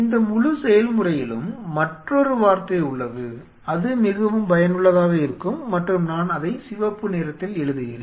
இந்த முழு செயல்முறையிலும் மற்றொரு வார்த்தை உள்ளது அது மிகவும் பயனுள்ளதாக இருக்கும் மற்றும் நான் அதை சிவப்பு நிறத்தில் எழுதுகிறேன்